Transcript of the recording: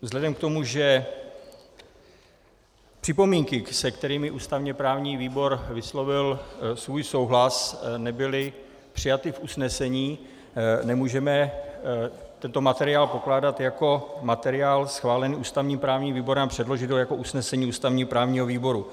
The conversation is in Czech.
Vzhledem k tomu, že připomínky, se kterými ústavněprávní výbor vyslovil svůj souhlas, nebyly přijaty v usnesení, nemůžeme tento materiál pokládat za materiál schválený ústavněprávním výborem a předložit ho jako usnesení ústavněprávního výboru.